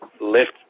lift